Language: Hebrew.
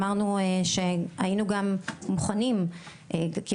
אמרנו שהיינו גם מוכנים,